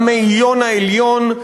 המאיון העליון,